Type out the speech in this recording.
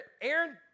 Aaron